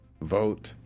vote